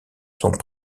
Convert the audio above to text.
sont